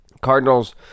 Cardinals